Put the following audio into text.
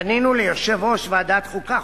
פנינו ליושב-ראש ועדת חוקה,